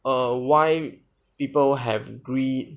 err why people have greed